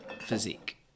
physique